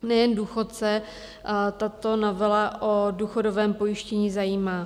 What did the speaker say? Nejen důchodce tato novela o důchodovém pojištění zajímá.